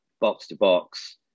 box-to-box